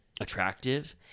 attractive